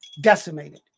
Decimated